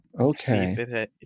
Okay